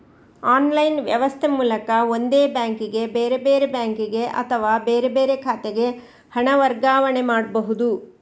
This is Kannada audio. ಆನ್ಲೈನ್ ವ್ಯವಸ್ಥೆ ಮೂಲಕ ಒಂದೇ ಬ್ಯಾಂಕಿಗೆ, ಬೇರೆ ಬೇರೆ ಬ್ಯಾಂಕಿಗೆ ಅಥವಾ ಬೇರೆ ಬೇರೆ ಖಾತೆಗೆ ಹಣ ವರ್ಗಾವಣೆ ಮಾಡ್ಬಹುದು